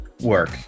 work